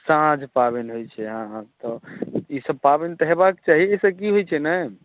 साँझ पाबनि होइ छै अहाॅंके जे कि ई सब पाबनि तऽ होयबाक चाही एहिसॅं की होइ छै ने